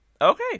Okay